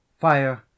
Fire